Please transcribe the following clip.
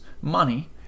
money